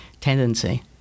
tendency